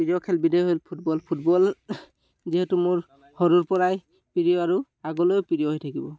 প্ৰিয় খেলবিধেই হ'ল ফুটবল ফুটবল যিহেতু মোৰ সৰুৰপৰাই প্ৰিয় আৰু আগলৈও প্ৰিয় হৈ থাকিব